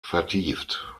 vertieft